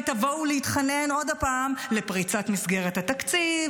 הרי תבואו להתחנן עוד פעם לפריצת מסגרת התקציב,